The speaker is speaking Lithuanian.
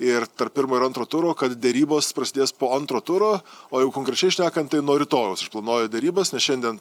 ir tarp pirmo ir antro turo kad derybos prasidės po antro turo o jau konkrečiai šnekant tai nuo rytojaus aš planuoju derybas nes šiandien